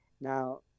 Now